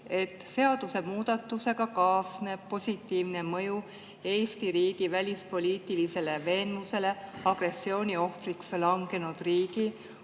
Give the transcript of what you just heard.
et seadusemuudatusega kaasneb positiivne mõju Eesti riigi välispoliitilisele veenvusele agressiooni ohvriks langenud riigi